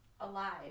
alive